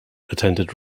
attended